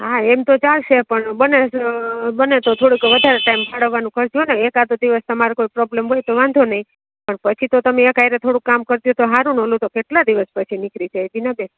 હા એમ તો ચાલશે પણ બને તો બને તો થોડુંક વધારે ટાઇમ ફાળવવાનું કરજો ને એકાદો દિવસ મારે તમારે કંઈ પ્રોબ્લેમ હોય તો વાંધો નહીં પણ પછી તો તમે એક હારે થોડું કામ કરી દો તો સારું ને ઓલું તો કેટલા દિવસ પછી નીકળી જાય બીનાબેન